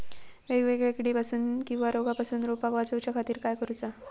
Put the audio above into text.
वेगवेगल्या किडीपासून किवा रोगापासून रोपाक वाचउच्या खातीर काय करूचा?